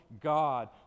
god